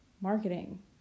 marketing